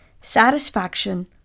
satisfaction